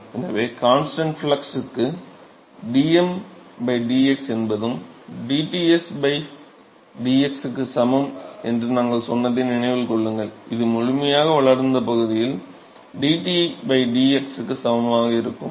எனவே கான்ஸ்டன்ட் ஃப்ளக்ஸ்க்கு dTm dx என்பதும் dTs dx க்கு சமம் என்று நாங்கள் சொன்னதை நினைவில் கொள்ளுங்கள் இது முழுமையாக வளர்ந்த பகுதியில் dT dx க்கு சமமாக இருக்கும்